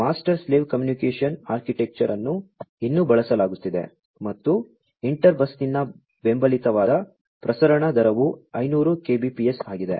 master slave communication architecture ಅನ್ನು ಇನ್ನೂ ಬಳಸಲಾಗುತ್ತಿದೆ ಮತ್ತು ಇಂಟರ್ ಬಸ್ನಿಂದ ಬೆಂಬಲಿತವಾದ ಪ್ರಸರಣ ದರವು 500 kbps ಆಗಿದೆ